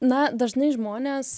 na dažnai žmonės